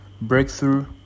breakthrough